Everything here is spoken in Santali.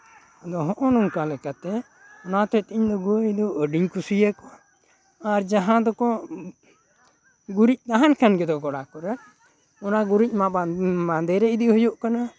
ᱟᱫᱚ ᱦᱚᱜᱼᱚᱭ ᱱᱚᱝᱠᱟ ᱞᱮᱠᱟᱛᱮ ᱚᱱᱟ ᱦᱚᱛᱮᱜ ᱛᱮ ᱜᱟᱹᱭ ᱫᱚ ᱟᱹᱰᱤᱧ ᱠᱩᱥᱤ ᱟᱠᱚᱣᱟ ᱟᱨ ᱡᱟᱦᱟᱸ ᱫᱚᱠᱚ ᱜᱩᱨᱤᱡᱽ ᱛᱟᱦᱮᱱ ᱠᱟᱱ ᱜᱮᱫᱚ ᱜᱳᱲᱟ ᱠᱚᱨᱮᱜ ᱚᱱᱟ ᱜᱩᱨᱤᱡᱽ ᱢᱟ ᱢᱟᱫᱮᱨᱮ ᱤᱫᱤ ᱦᱩᱭᱩᱜ ᱠᱟᱱᱟ